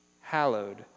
Hallowed